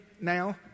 now